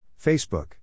Facebook